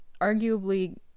arguably